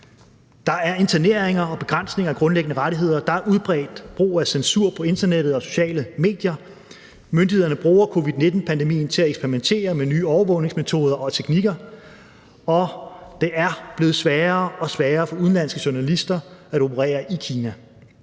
Der er interneringer og begrænsning af grundlæggende rettigheder. Der er udpræget brug af censur på internettet og sociale medier. Myndighederne bruger covid-19-pandemien til at eksperimentere med nye overvågningsmetoder og -teknikker, og det er blevet sværere og sværere for udenlandske journalister at operere i Kina.